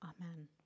Amen